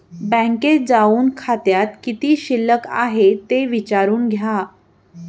बँकेत जाऊन खात्यात किती शिल्लक आहे ते विचारून घ्या